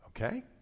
Okay